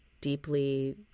deeply